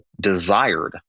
desired